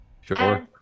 Sure